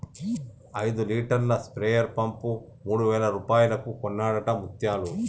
ఐదు లీటర్ల sprayer pump మూడు వేల రూపాయలకు కొన్నడట ముత్యాలు